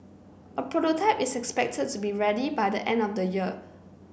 a prototype is expected to be ready by the end of the year